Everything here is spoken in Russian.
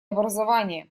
образование